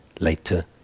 later